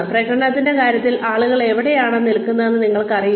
പ്രകടനത്തിന്റെ കാര്യത്തിൽ ആളുകൾ എവിടെയാണ് നിൽക്കുന്നതെന്ന് നിങ്ങൾക്കറിയില്ല